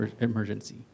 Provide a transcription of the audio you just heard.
emergency